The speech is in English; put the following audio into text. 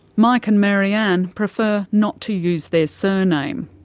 mike and maryann prefer not to use their surname.